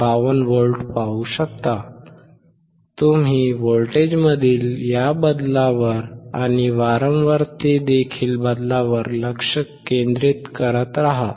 52 volt पाहू शकता तुम्ही व्होल्टेजमधील या बदलावर आणि वारंवारतेतील बदलावर लक्ष केंद्रित करत रहा